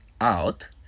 out